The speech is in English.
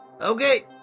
Okay